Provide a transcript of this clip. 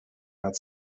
had